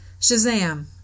Shazam